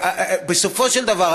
בסופו של דבר,